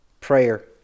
prayer